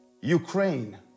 Ukraine